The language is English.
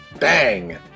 Bang